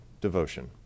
devotion